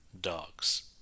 dogs